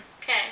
Okay